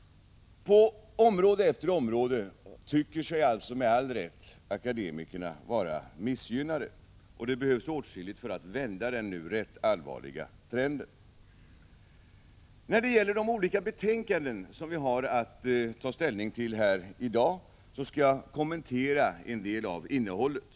På område efter område tycker sig alltså med all rätt akademikerna vara missgynnade, och det behövs åtskilligt för att vända den nu rätt allvarliga trenden. När det gäller de olika betänkanden som vi har att ta ställning till i dag skall jag kommentera en del av innehållet.